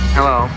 Hello